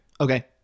Okay